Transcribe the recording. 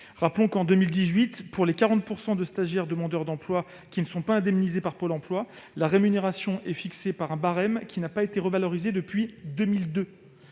formation. En 2018, pour les 40 % de stagiaires demandeurs d'emploi non indemnisés par Pôle emploi, la rémunération était fixée par un barème qui n'avait pas été revalorisé depuis 2002.